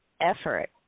effort